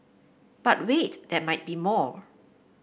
but wait there might be more